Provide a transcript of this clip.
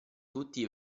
tutti